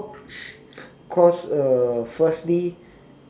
nope cause uh firstly